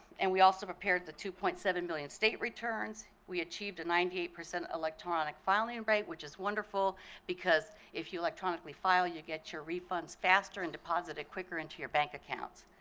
and we also prepared the two point seven million state returns. we achieved a ninety eight percent electronic filing and rate which is wonderful because if you electronically file, you get your refunds faster and deposit it quicker into your bank accounts.